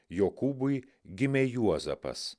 jokūbui gimė juozapas